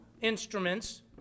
instruments